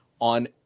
On